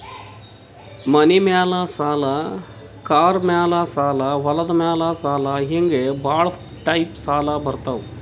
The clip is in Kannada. ಮನಿ ಮ್ಯಾಲ ಸಾಲ, ಕಾರ್ ಮ್ಯಾಲ ಸಾಲ, ಹೊಲದ ಮ್ಯಾಲ ಸಾಲ ಹಿಂಗೆ ಭಾಳ ಟೈಪ್ ಸಾಲ ಬರ್ತಾವ್